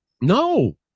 no